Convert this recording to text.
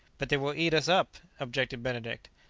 but they will eat us up! objected benedict.